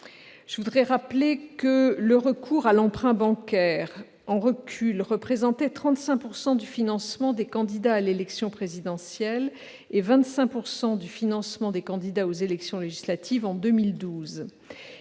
électorales, le recours à l'emprunt bancaire est en recul. Il représentait 35 % du financement des candidats à l'élection présidentielle et 25 % du financement des candidats aux élections législatives en 2012.